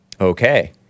Okay